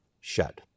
shut